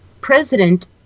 president